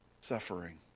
suffering